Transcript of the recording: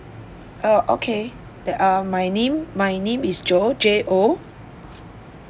oh okay that uh my name my name is jo J O